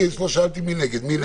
כי לא שאלתי מי נגד,